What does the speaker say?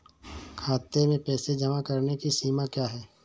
खाते में पैसे जमा करने की सीमा क्या है?